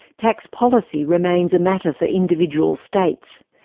tax policy remains a matter for individual states.